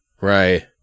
Right